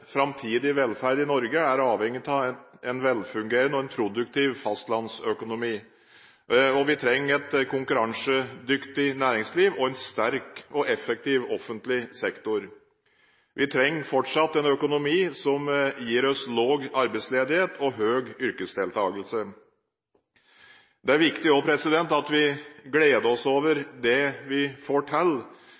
produktiv fastlandsøkonomi. Vi trenger et konkurransedyktig næringsliv og en sterk og effektiv offentlig sektor. Vi trenger fortsatt en økonomi som gir oss lav arbeidsledighet og høy yrkesdeltakelse. Det er også viktig at vi gleder oss over det vi får til,